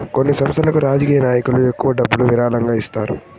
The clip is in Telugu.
కొన్ని సంస్థలకు రాజకీయ నాయకులు ఎక్కువ డబ్బులు విరాళంగా ఇస్తారు